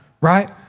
right